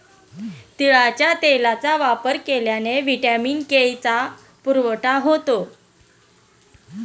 तिळाच्या तेलाचा वापर केल्याने व्हिटॅमिन के चा पुरवठा होतो